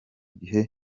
gihe